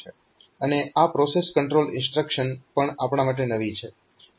અને આ process control instruction પણ આપણા માટે નવી છે